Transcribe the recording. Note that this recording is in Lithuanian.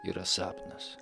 yra sapnas